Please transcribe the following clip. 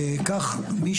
כך מי